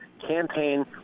campaign